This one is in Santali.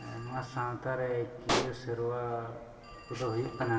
ᱟᱨ ᱱᱚᱶᱟ ᱥᱟᱶᱛᱟ ᱨᱮ ᱠᱤᱭᱟᱹ ᱥᱮᱨᱣᱟ ᱠᱚᱫᱚ ᱦᱩᱭᱩᱜ ᱠᱟᱱᱟ